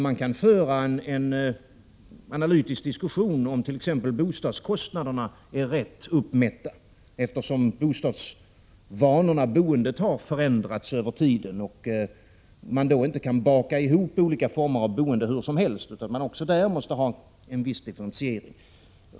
Man kan föra en analytisk diskussion om huruvida bostadskostnaderna är rätt uppmätta, eftersom boendet har förändrats. Man kan då inte ”baka ihop” olika former av boende hur som helst, utan man måste även härvidlag ha en viss differentiering.